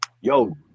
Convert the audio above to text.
Yo